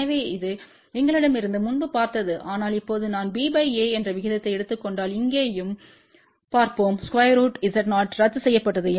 எனவே இது எங்களிடம் இருந்தது முன்பு பார்த்தது ஆனால் இப்போது நான் b a என்ற விகிதத்தை எடுத்துக் கொண்டால் இங்கேயும் பார்ப்போம்√Z0ரத்து செய்யப்பட்டது